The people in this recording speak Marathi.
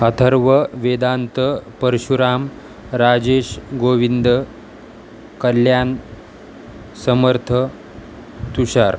अथर्व वेदांत परशुराम राजेश गोविंद कल्यान समर्थ तुषार